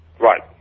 Right